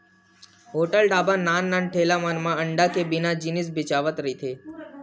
hotel, dhaba, नान नान ठेला मन म अंडा के बने जिनिस बेचावत रहिथे